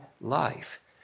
life